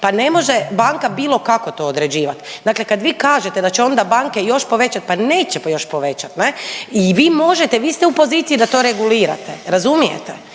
Pa ne može banka bilo kako to određivati. Dakle kad vi kažete da će onda banke još povećati, pa neće još povećati, ne i vi možete, vi ste u poziciji da to regulirate, razumijete?